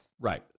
Right